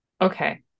okay